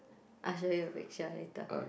I show you her picture later